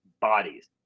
bodies